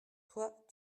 toi